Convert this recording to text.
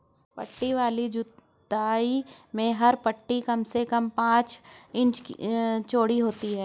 पट्टी वाली जुताई में हर पट्टी कम से कम पांच इंच चौड़ी होती है